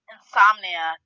Insomnia